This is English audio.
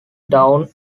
downe